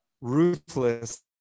ruthless